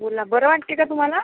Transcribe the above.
बोला बरं वाटते का तुम्हाला